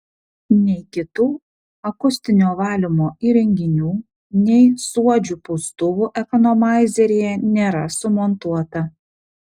nei kitų akustinio valymo įrenginių nei suodžių pūstuvų ekonomaizeryje nėra sumontuota